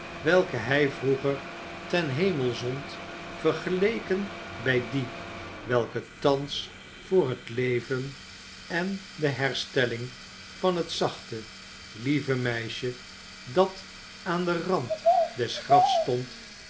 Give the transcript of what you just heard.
welke hij vroeger ten hemel zond vergeleken bij die welke thans voor het leven en de herstelling van het zachte lieve meisje dat aan den rand des grafs stond